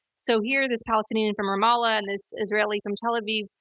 so here this palestinian from ramallah and this israeli from tel aviv,